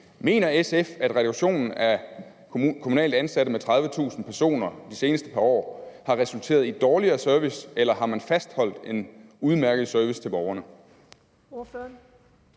Mener SF, at reduktionen af kommunalt ansatte med 30.000 personer de seneste par år har resulteret i en dårligere service, eller har man fastholdt en udmærket service til borgerne?